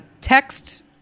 text